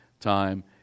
time